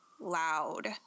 loud